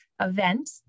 event